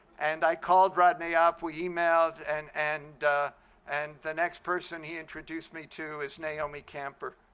and i called rodney up, we emailed, and and and the next person he introduced me to is naomi camper.